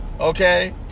okay